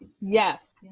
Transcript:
Yes